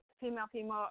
female-female